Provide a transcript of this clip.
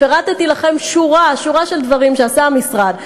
פירטתי לכם שורה של דברים שעשה המשרד,